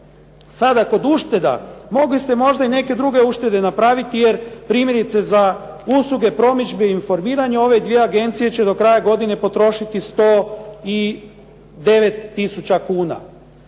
Sada kod ušteda, mogli ste možda i neke druge uštede napraviti, jer primjerice za usluge promidžbe i informiranje ove dvije agencije će do kraja godine potrošiti 109 tisuća kuna.